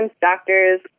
doctors